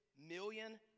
million